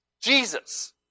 Jesus